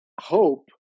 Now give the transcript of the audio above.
hope